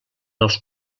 els